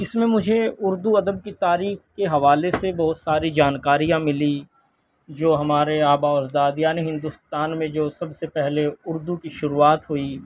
اس میں مجھے اردو ادب کی تاریخ کے حوالے سے بہت ساری جانکاریاں ملی جو ہمارے آبا و اجداد یعنی ہندوستان میں جو سب سے پہلے اردو کی شروعات ہوئی